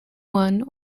one